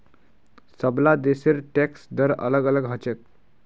सबला देशेर टैक्स दर अलग अलग ह छेक